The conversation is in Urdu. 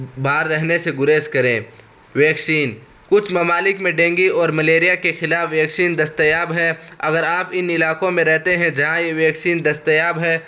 باہر رہنے سے گریز کریں ویکسین کچھ ممالک میں ڈینگی اور ملیریا کے خلاف ویکسین دستیاب ہے اگر آپ ان علاقوں میں رہتے ہیں جہاں یہ ویکسین دستیاب ہے